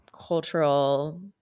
cultural